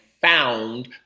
found